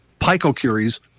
picocuries